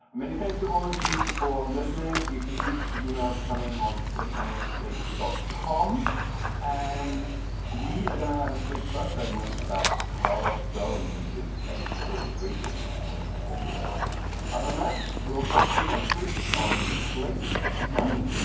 many thanks to all of you for listening. you can keep the emails coming on slate money at slate dot com and we are going to have a slate plus segment about call us goan and his exfiltration on the words of a man we'll talk to you next week on slate money